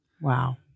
Wow